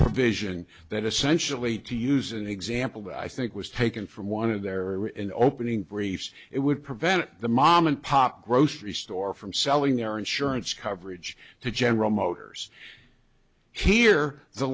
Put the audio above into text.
provision that essentially to use an example that i think was taken from one of their in opening briefs it would prevent the mom and pop grocery store from selling their insurance coverage to general motors here the